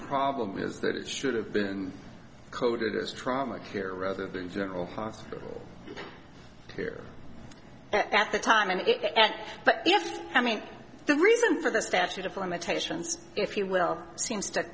problem is that it should have been coded as trauma care rather than general hospital here at the time in it but yes i mean the reason for the statute of limitations if you will seems to